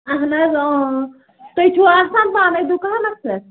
اَہن حظ اۭں تُہۍ چھُو آسان پانَے دُکانَس پٮ۪ٹھ